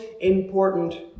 important